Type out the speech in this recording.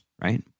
right